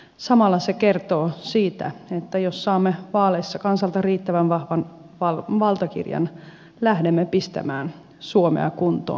samalla se kertoo siitä että jos saamme vaaleissa kansalta riittävän vahvan valtakirjan lähdemme pistämään suomea kuntoon